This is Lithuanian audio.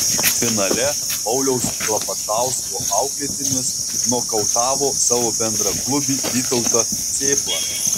finale pauliaus klapatausko auklėtinis nokautavo savo bendraklubį vytautą cėplą